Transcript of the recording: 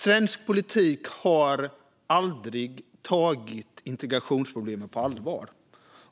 Svensk politik har aldrig tagit integrationsproblemen på allvar